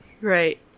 Right